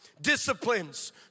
disciplines